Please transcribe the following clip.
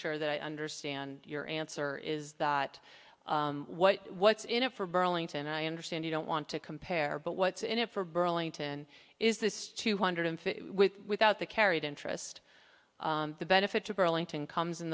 sure that i understand your answer is that what what's in it for burlington i understand you don't want to compare but what's in it for burlington is this two hundred fifty without the carried interest the benefit to burlington comes in